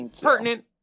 pertinent